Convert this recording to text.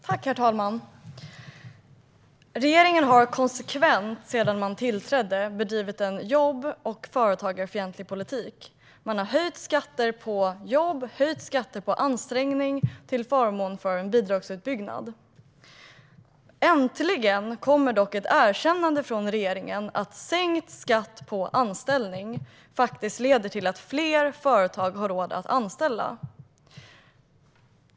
Herr talman! Regeringen har sedan den tillträdde konsekvent bedrivit en jobb och företagarfientlig politik. Man har höjt skatter på jobb och på ansträngning till förmån för bidragsutbyggnad. Äntligen kommer dock ett erkännande från regeringen om att sänkt skatt på anställning faktiskt leder till att fler företag får råd att anställa.